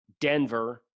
Denver